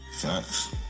Facts